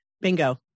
Bingo